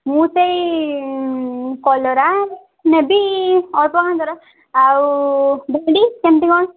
ମୁଁ ସେଇ କଲରା ନେବି ଅଳ୍ପ କନ୍ତର ଆଉ ଭେଣ୍ଡି କେମତି କ'ଣ